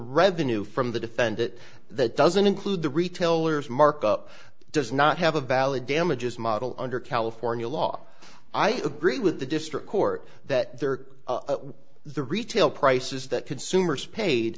revenue from the defend it that doesn't include the retailers mark up does not have a valid damages model under california law i agree with the district court that there are the retail prices that consumers paid